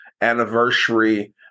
anniversary